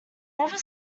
never